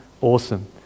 Awesome